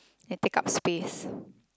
and take up space